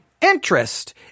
interest